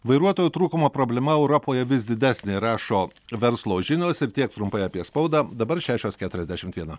vairuotojų trūkumo problema europoje vis didesnė rašo verslo žinios ir tiek trumpai apie spaudą dabar šešios keturiasdešimt viena